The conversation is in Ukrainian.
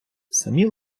самі